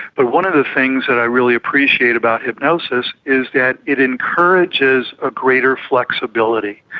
but one of the things that i really appreciate about hypnosis is that it encourages a greater flexibility,